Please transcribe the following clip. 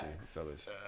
fellas